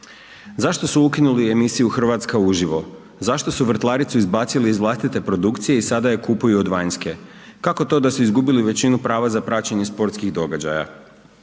Zašto su ukinuli emisiju Hrvatska uživo? Zašto su Vrtlaricu izbacili iz vlastite produkcije i sada je kupuju od vanjske? Kako to da su izgubili većinu prava za praćenje sportskih događaja?